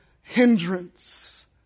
hindrance